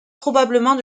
probablement